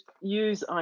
use